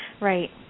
Right